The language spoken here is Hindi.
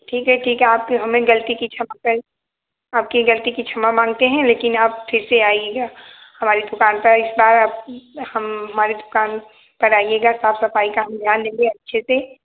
ठीक है ठीक है आपके हमें गलती की क्षमा कर आपकी गलती की छमा मांगते हैं लेकिन अब फिर से आइएगा हमारी दुकान पर इस बार अब हम हमारी दुकान पर आइएगा साफ सफाई का हम ध्यान देंगे अच्छे से